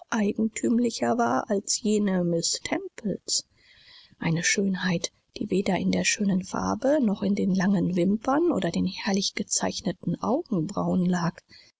eigentümlicher war als jene miß temples eine schönheit die weder in der schönen farbe noch in den langen wimpern oder den herrlich gezeichneten augenbrauen lag